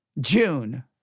June